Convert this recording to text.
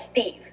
Steve